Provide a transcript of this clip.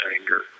anger